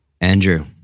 Andrew